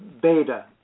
beta